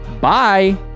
Bye